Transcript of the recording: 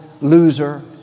loser